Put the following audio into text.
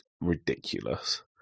ridiculous